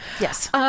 Yes